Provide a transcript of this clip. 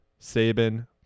Saban